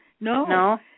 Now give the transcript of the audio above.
No